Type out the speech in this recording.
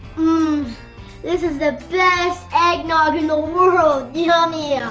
um is is the best eggnog in the world! yummy!